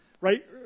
right